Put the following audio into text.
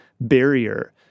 barrier